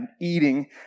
eating